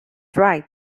right